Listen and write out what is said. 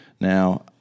Now